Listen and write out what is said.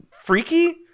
freaky